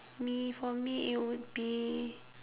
me for me it would be